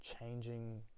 changing